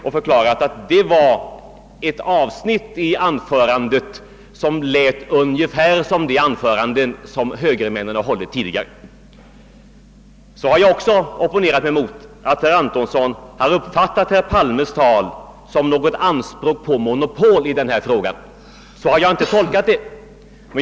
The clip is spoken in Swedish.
Jag sade därvid att det avsnittet i anförandet påminde om de anföranden som högermännen tidigare hållit. Jag har också opponerat mig mot att herr Antonsson uppfattat herr Palmes tal som om herr Palme gjorde anspråk på monopol i denna fråga. Så har jag inte tolkat herr Palmes anförande.